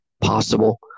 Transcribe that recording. possible